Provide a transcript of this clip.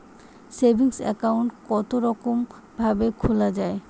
Saving account কতরকম ভাবে খোলা য়ায়?